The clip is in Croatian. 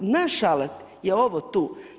Naš alat je ovo tu.